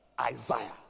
Isaiah